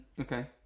Okay